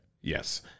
Yes